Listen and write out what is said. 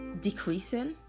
decreasing